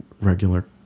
regular